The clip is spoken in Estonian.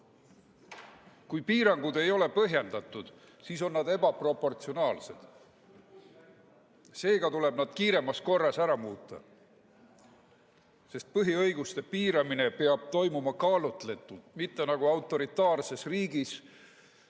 Kui piirangud ei ole põhjendatud, siis on nad ebaproportsionaalsed. Seega tuleb nad kiiremas korras ära muuta, sest põhiõiguste piiramine peab toimuma kaalutletult, mitte nagu autoritaarses riigis,